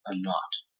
knot